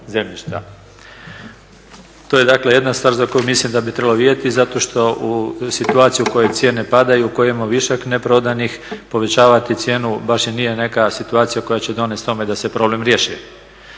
dakle jedna stvar za koju mislim da bi trebalo vidjeti zato što u situaciji u kojoj cijene padaju i u kojoj imamo višak neprodanih povećavati cijenu baš i nije neka situacija koja će pridonijeti tome da se problem riješi.